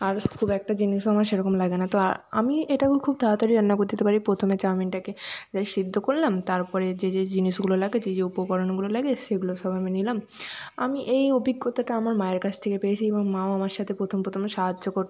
আর খুব একটা জিনিসও আমার সেরকম লাগে না তো আমি এটাও খুব তাড়াতাড়ি রান্না করে দিতে পারি প্রথমে চাউমিনটাকে সেদ্ধ করলাম তারপরে যে যে জিনিসগুলো লাগে যে যে উপকরণগুলো লাগে সেগুলো সব আমি নিলাম আমি এই অভিজ্ঞতাটা আমার মায়ের কাছ থেকে পেয়েছি এবং মাও আমার সাথে প্রথম প্রথমে সাহায্য করতো